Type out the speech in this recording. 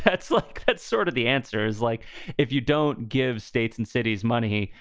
let's look at sort of the answers. like if you don't give states and cities money,